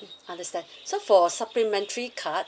mm understand so for supplementary card